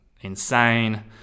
insane